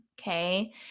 Okay